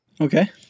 Okay